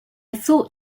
thought